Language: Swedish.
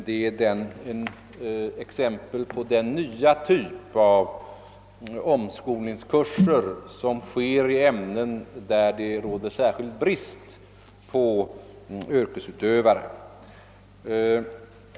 Den är ett exempel på den nya typ av omskolningskurser som tar sikte på utbildning till yrken där det råder särskild brist på yrkesutövare.